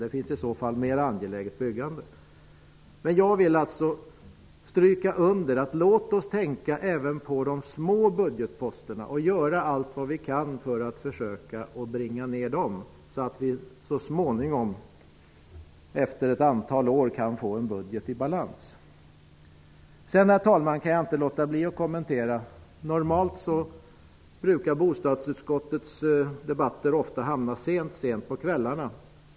Det finns byggprojekt som är mera angelägna. Jag vill understryka att vi även skall tänka på de små budgetposterna. Låt oss göra allt vad vi kan för att minska de små utgifterna, så att vi efter ett antal år så småningom kan få en budget i balans. Herr talman! Jag kan inte avhålla mig från en kommentar. Bostadsutskottets debatter brukar ofta hamna mycket sent på kvällen.